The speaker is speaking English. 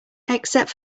except